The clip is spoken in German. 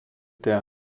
der